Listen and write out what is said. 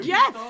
Yes